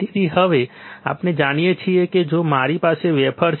તેથી હવે આપણે જાણીએ છીએ કે જો અમારી પાસે વેફર છે